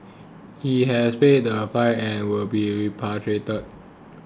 he has paid the fine and will be repatriated